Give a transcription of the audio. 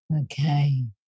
Okay